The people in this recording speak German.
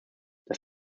das